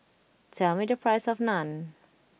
tell me the price of Naan